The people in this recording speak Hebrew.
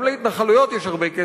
גם להתנחלויות יש הרבה כסף.